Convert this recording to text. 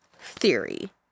theory